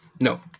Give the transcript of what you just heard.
No